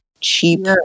cheap